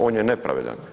On je nepravedan.